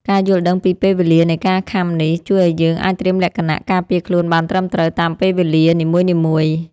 ការយល់ដឹងពីពេលវេលានៃការខាំនេះ ជួយឱ្យយើងអាចត្រៀមលក្ខណៈការពារខ្លួនបានត្រឹមត្រូវតាមពេលវេលានីមួយៗ។